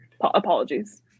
apologies